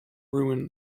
ruin